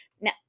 Now